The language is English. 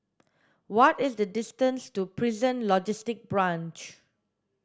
what is the distance to Prison Logistic Branch